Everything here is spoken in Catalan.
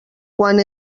quan